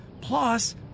plus